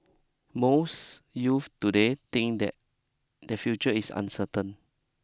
most youth today think that their future is uncertain